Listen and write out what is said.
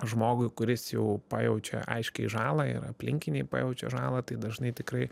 žmogui kuris jau pajaučia aiškiai žalą ir aplinkiniai pajaučia žalą tai dažnai tikrai